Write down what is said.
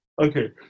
Okay